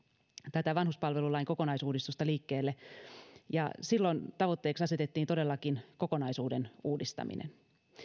tätä vanhuspalvelulain kokonaisuudistusta liikkeelle ja silloin tavoitteeksi asetettiin todellakin kokonaisuuden uudistaminen